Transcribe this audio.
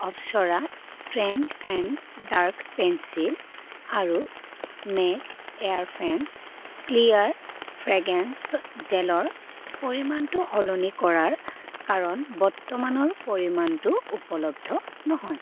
Apsara strong and dark pencil আৰু নেক এয়াৰফ্ৰেঞ্চ ক্লিয়াৰ ফ্ৰেগ্ৰেন্স জেলৰ পৰিমাণটো সলনি কৰাৰ কাৰণ বৰ্তমানৰ পৰিমাণটো উপলব্ধ নহয়